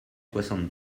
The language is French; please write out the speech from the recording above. soixante